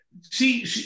see